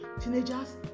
Teenagers